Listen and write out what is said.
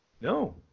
no